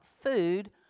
food